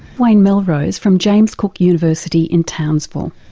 wayne melrose from james cook university in townsville.